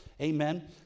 Amen